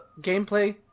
gameplay